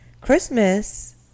christmas